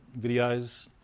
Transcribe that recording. videos